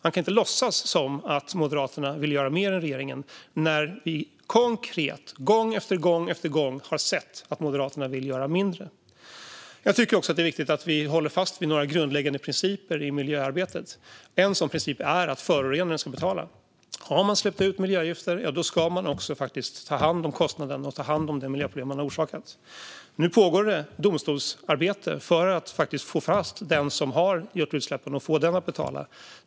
Man kan inte låtsas som att Moderaterna vill göra mer än regeringen när det konkret, gång efter gång, har framgått att Moderaterna vill göra mindre. Jag tycker också att det är viktigt att vi håller fast vid några grundläggande principer i miljöarbetet. En sådan princip är att förorenaren ska betala. Har man släppt ut miljögifter ska man också ta hand om kostnaden för de miljöproblem man har orsakat. Nu pågår domstolsarbete för att få fast den som har gjort utsläppen och få denna att betala.